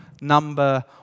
number